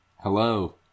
Hello